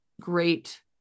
great